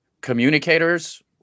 communicators